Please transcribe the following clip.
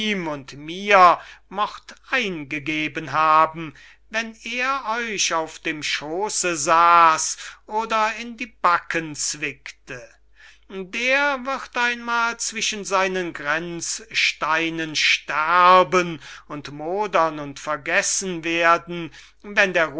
und mir mochte eingegeben haben wenn er euch auf dem schoose saß oder in die backen zwickte der wird einmal zwischen seinen gränzsteinen sterben und modern und vergessen werden wenn der